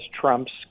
Trump's